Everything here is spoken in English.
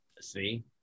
See